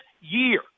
year